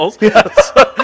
Yes